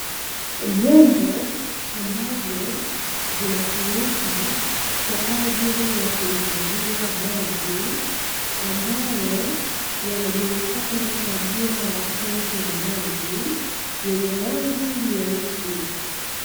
Vyombo ambavyo vinatumika kwa ajili ya kuhifadhia maji, ambayo yanajulikana kwa jina la tenki la maji lenye rangi nyeusi.